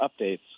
updates